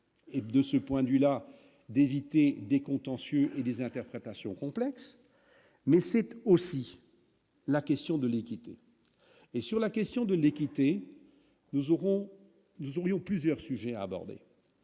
Et de ce point de vue là d'éviter des contentieux et des interprétations complexe mais c'est aussi la question de l'équité et sur la question de l'équité, nous aurons, nous aurions plusieurs sujets abordés,